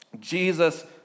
Jesus